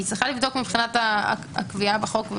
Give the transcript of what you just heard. אני צריכה לבדוק מבחינת הקביעה בחוק,